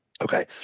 Okay